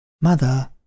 Mother